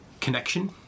connection